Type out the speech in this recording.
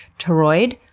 toroid?